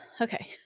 Okay